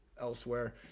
elsewhere